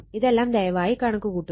ഇതെല്ലാം ദയവായി കണക്ക് കൂട്ടുക